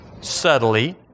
subtly